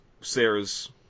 Sarah's